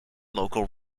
local